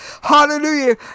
hallelujah